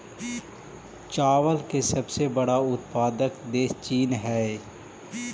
चावल के सबसे बड़ा उत्पादक देश चीन हइ